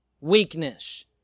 weakness